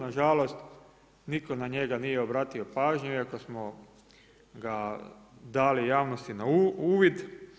Na žalost nitko na njega nije obratio pažnju iako smo ga dali javnosti na uvid.